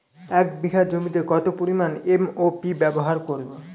এক বিঘা জমিতে কত পরিমান এম.ও.পি ব্যবহার করব?